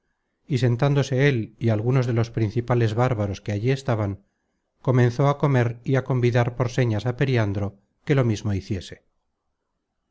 y sentándose él y algunos de los principales bárbaros que allí estaban comenzó a comer y á convidar por señas á periandro que lo mismo hiciese